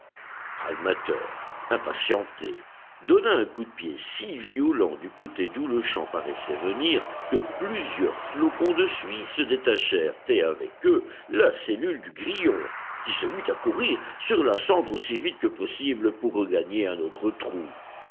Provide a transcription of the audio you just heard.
pragmater impatienté donna un coup de pied si violent du côté d'où le chant paraissait venir que plusieurs flocons de suie se détachèrent et avec eux la cellule du grillon qui se mit à courir sur la cendre aussi vite que possible pour regagner un autre trou